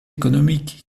économique